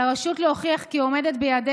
על הרשות להוכיח כי היא עומדת ביעדי